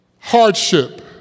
hardship